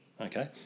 Okay